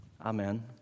Amen